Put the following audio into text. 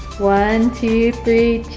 one, two, three,